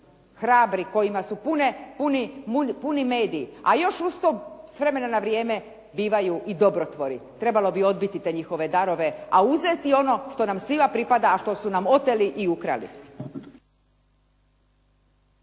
hrabri kojima su puni mediji, a još uz to s vremena na vrijeme bivaju i dobrotvori. Trebalo bi odbiti te njihove darove, a uzeti ono što nam svima pripada, a što su nam oteli i ukrali.